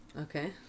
Okay